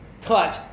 touch